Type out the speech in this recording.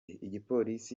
igipolisi